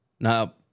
Now